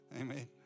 amen